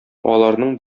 аларның